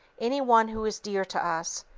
any one who is dear to us,